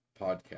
podcast